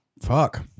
Fuck